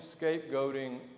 scapegoating